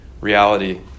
reality